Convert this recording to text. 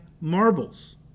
marbles